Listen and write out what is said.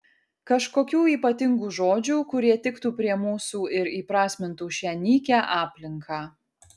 kažkokių ypatingų žodžių kurie tiktų prie mūsų ir įprasmintų šią nykią aplinką